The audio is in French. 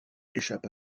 échappe